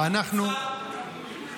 אנחנו --- קרעי, לא אמרת קצר?